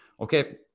okay